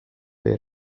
või